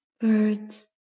birds